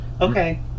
Okay